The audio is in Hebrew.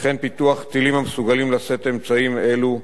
וכן פיתוח טילים המסוגלים לשאת אמצעים אלו,